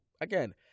again